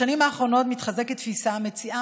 בשנים האחרונות מתחזקת תפיסה המציעה